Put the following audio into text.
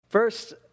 First